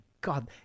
God